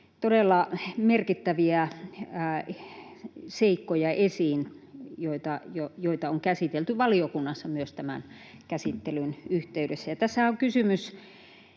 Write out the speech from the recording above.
todella merkittäviä seikkoja, joita on käsitelty myös valiokunnassa tämän käsittelyn yhteydessä. Tässähän on kysymys